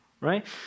right